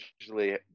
usually